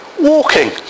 walking